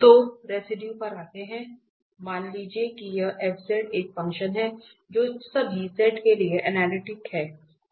तो रेसिडुए पर आते है तो मान लीजिए कि यह f एक फंक्शन है जो सभी z के लिए अनलिटिक है